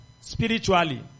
Spiritually